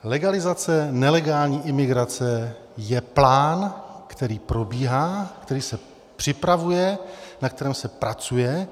Legalizace nelegální imigrace je plán, který probíhá, který se připravuje, na kterém se pracuje.